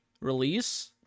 release